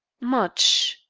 much.